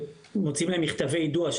מוציאים להם מכתבי יידוע,